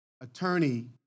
attorney